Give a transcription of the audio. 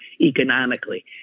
economically